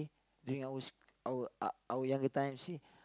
during our s~ our uh our younger time she